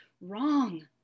Wrong